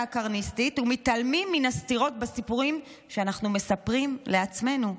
הקרניסטית ומתעלמים מן הסתירות בסיפורים שאנחנו מספרים לעצמנו.